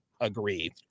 agree